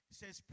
says